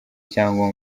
cyangwa